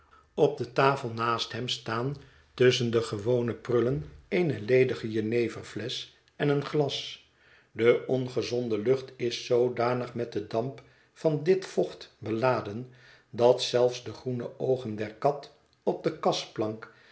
op de tafel naast hem staan tusschen de gewone prullen eene ledige jeneverflesch en een glas de ongezonde lucht is zoodanig met den damp van dit vocht beladen dat zelfs de groene oogen der kat op de kasplank